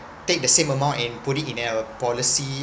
take the same amount and put it in a policy